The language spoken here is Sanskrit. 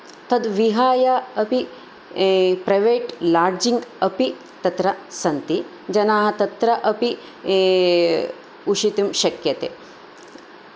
तद्विहाय अपि प्रायवेट् लार्जिंग् अपि तत्र सन्ति जनाः तत्र अपि उशितुं शक्यते